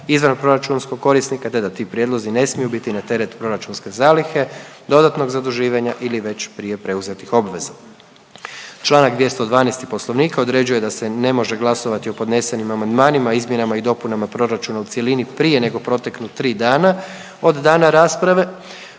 izvanproračunskog korisnika te da ti prijedlozi ne smiju biti na teret proračunske zalihe, dodatnog zaduživanja ili već prije preuzetih obveza. Članak 212. Poslovnika određuje da se ne može glasovati o podnesenim amandmanima, izmjenama i dopunama proračuna u cjelini prije nego proteknu 3 dana od dana rasprave